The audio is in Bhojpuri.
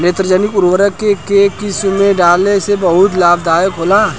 नेत्रजनीय उर्वरक के केय किस्त में डाले से बहुत लाभदायक होला?